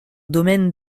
domaine